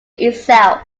itself